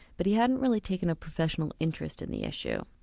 but he hadn't really taken a professional interest in the issue.